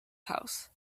house